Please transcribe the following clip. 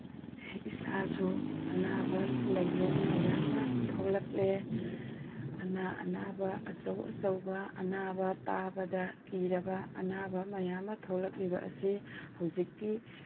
ꯏꯁꯥꯁꯨ ꯑꯅꯥꯕ ꯂꯥꯏꯑꯣꯡ ꯃꯌꯥꯝ ꯑꯃ ꯊꯣꯛꯂꯛꯂꯦ ꯑꯅꯥ ꯑꯅꯥꯕ ꯑꯆꯧ ꯑꯆꯧꯕ ꯑꯅꯥꯕ ꯇꯥꯕꯗ ꯀꯤꯔꯕ ꯑꯅꯥꯕ ꯃꯌꯥꯝ ꯑꯃ ꯊꯣꯛꯂꯛꯂꯤꯕ ꯑꯁꯤ ꯍꯧꯖꯤꯛꯀꯤ